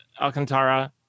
Alcantara